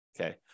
okay